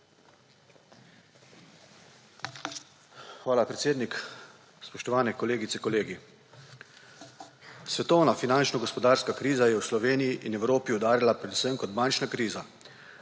Hvala, predsednik. Spoštovane kolegice, kolegi! Svetovna finančno-gospodarska kriza je v Sloveniji in Evropi udarila predvsem kot bančna kriza.